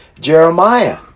Jeremiah